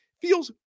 Feels